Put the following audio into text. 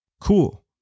Cool